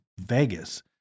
Vegas